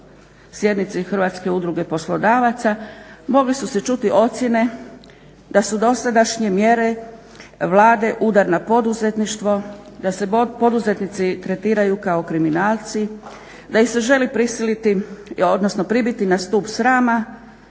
sjednici Hrvatske udruge poslodavaca mogle su se čuti ocjene da su dosadašnje mjere Vlade udar na poduzetništvo, da se poduzetnici tretiraju kao kriminalci, da ih se želi pribiti na stup srama,